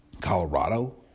Colorado